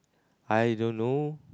I don't know